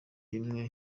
imwe